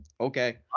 okay